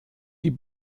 die